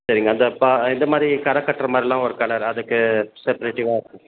சரிங்க அந்த பா இதை மாதிரி கரக்கட்டுற மாதிரிலாம் ஒரு கலர் அதுக்கு செப்ரேட்டிவ்வாக